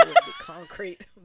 Concrete